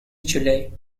july